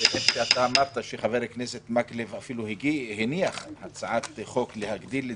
אתה אמרת שחבר הכנסת מקלב אפילו הניח הצעת חוק להגדיל את